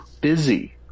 busy